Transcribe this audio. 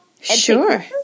Sure